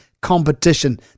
competition